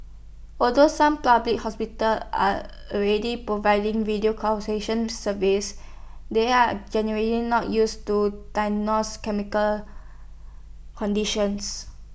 although some public hospitals are already providing video consultation services they are generally not used to diagnose chemical conditions